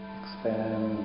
expand